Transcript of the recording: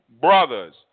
brothers